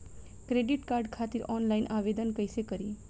Credit card खातिर online आवेदन कइसे करि?